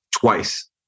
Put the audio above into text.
twice